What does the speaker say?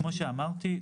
כמו שאמרתי,